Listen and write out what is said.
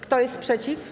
Kto jest przeciw?